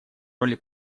роли